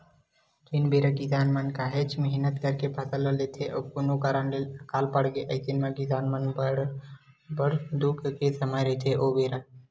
जेन बेरा किसान मन काहेच मेहनत करके फसल ल लेथे अउ कोनो कारन ले अकाल पड़गे अइसन म किसान मन बर बड़ दुख के समे रहिथे ओ बेरा